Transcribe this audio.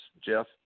Jeff